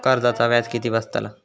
कर्जाचा व्याज किती बसतला?